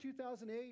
2008